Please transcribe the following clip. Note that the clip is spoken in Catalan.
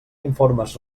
informes